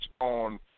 on